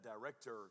director